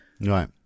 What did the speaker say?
Right